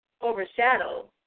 overshadow